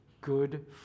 good